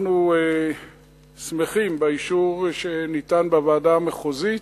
אנחנו שמחים באישור שניתן בוועדה המחוזית,